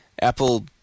Apple